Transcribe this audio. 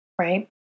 right